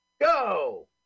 go